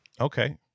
Okay